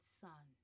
son